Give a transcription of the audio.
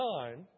time